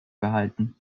behalten